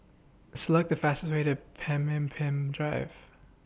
Select The fastest Way to Pemimpin Drive